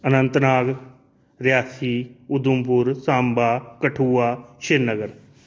Anantnag Reasi Udhampur Samba Kathua Srinagar